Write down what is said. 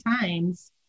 times